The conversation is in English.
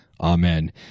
Amen